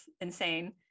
insane